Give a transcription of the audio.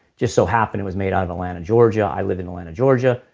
just so happened it was made out of atlanta, georgia. i live in atlanta, georgia,